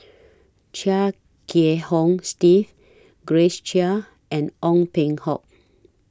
Chia Kiah Hong Steve Grace Chia and Ong Peng Hock